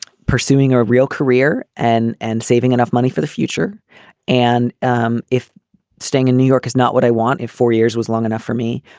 pursuing a real career and and saving enough money for the future and um if staying in new york is not what i want. if four years was long enough for me.